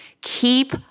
Keep